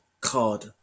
card